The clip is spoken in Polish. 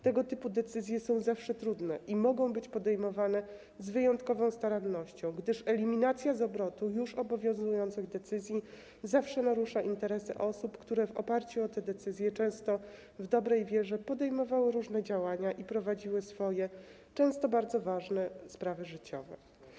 Tego typu decyzje są zawsze trudne i mogą być podejmowane z wyjątkową starannością, gdyż eliminacja z obrotu już obowiązujących decyzji zawsze narusza interesy osób, które w oparciu o te decyzje, często w dobrej wierze, podejmowały różne działania i prowadziły swoje, często bardzo ważne, sprawy życiowe.